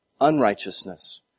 unrighteousness